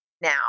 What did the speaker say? now